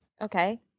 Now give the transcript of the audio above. okay